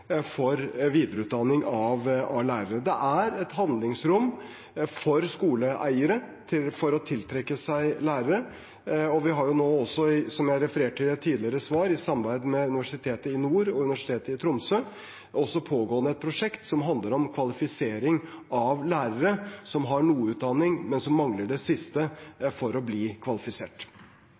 for videreutdanning av lærere. Det er et handlingsrom for skoleeiere for å tiltrekke seg lærere. Nå har vi også – som jeg refererte til i et tidligere svar – i samarbeid med Nord universitet og Universitetet i Tromsø et pågående prosjekt som handler om kvalifisering av lærere som har noe utdanning, men mangler det siste for å bli kvalifisert.